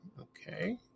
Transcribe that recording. Okay